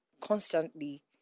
constantly